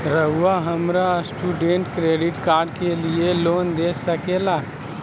रहुआ हमरा student credit card के लिए लोन दे सके ला?